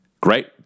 Great